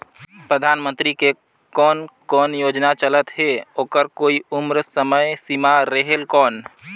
परधानमंतरी के कोन कोन योजना चलत हे ओकर कोई उम्र समय सीमा रेहेल कौन?